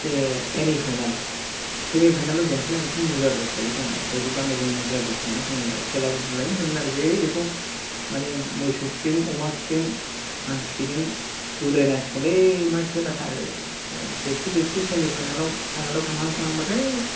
सेमि final आव जेनहैनाया मोनसे मुज्रा दस बादि दंमोन जायखौ गामियाव जों मुज्रा दस होननानै बुङोमोन आरो खेला उद्रायनाय होनोमोन आरो जे बेखौ माने मोसौ खिजों अमा खिजों मानसि खिजों उद्राय नांसिगोनलै मा खेला जोबसि जोबसि सेमि फाइनेल आव थांहां थांहाबाथाय